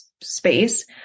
space